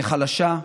כחלשה,